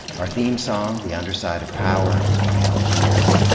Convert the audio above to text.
our theme song, the underside of power, is by algiers.